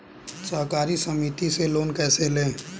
सहकारी समिति से लोन कैसे लें?